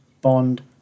bond